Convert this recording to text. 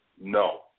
No